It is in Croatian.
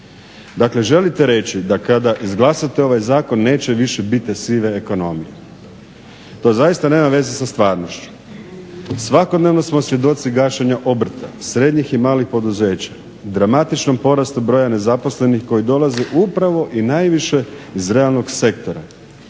Dakle, želite reći da kada izglasate ovaj zakon neće više biti sive ekonomije. To zaista nema veze sa stvarnošću. Svakodnevno smo svjedoci gašenja obrta, srednjih i malih poduzeća, dramatičnom porastu broja nezaposlenih koji dolaze upravo i najviše iz realnog sektora,